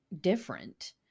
different